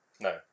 No